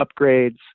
upgrades